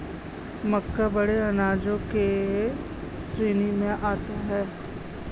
मक्का बड़े अनाजों की श्रेणी में आता है